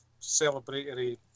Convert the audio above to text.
celebratory